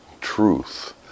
truth